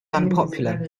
unpopular